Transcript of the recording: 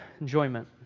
enjoyment